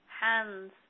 hands